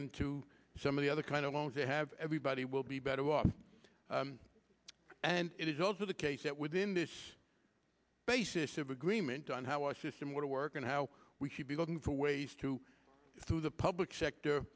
into some of the other kind of loans they have everybody will be better off and it is also the case that within this basis of agreement on how system would work and how we should be looking for ways to through the public sector